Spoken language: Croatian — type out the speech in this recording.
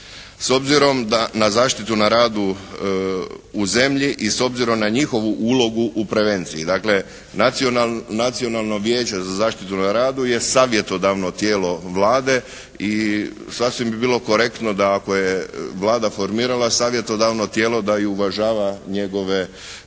S obzirom da na zaštitu na radu u zemlji i s obzirom na njihovu ulogu u prevenciji, dakle Nacionalno vijeće za zaštitu na radu je savjetodavno tijelo Vlade i sasvim bi bilo korektno da ako je Vlada formirala savjetodavno tijelo da i uvažava njegove dakle